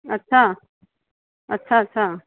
अच्छा अच्छा अच्छा